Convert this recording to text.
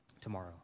tomorrow